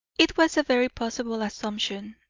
it was a very possible assumption,